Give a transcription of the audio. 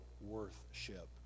worth-ship